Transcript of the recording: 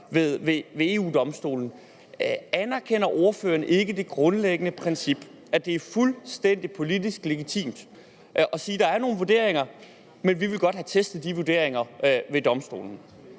ved EU-Domstolen. Anerkender ordføreren ikke det grundlæggende princip, at det er fuldstændig politisk legitimt at sige: Der er nogle vurderinger, men vi vil godt have testet de vurderinger ved Domstolen?